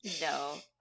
No